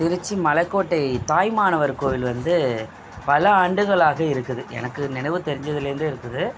திருச்சி மலைக்கோட்டை தாயுமானவர் கோவில் வந்து பல ஆண்டுகளாக இருக்குது எனக்கு நினைவு தெரிஞ்சதுலேருந்து இருக்குது